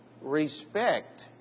respect